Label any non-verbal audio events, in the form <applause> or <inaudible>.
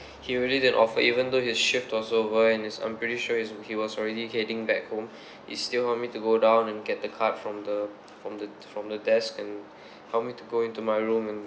he really did offer even though his shift was over and his I'm pretty sure he's he was already heading back home <breath> he still helped me to go down and get the card from the from the from the desk and <breath> helped me to go into my room and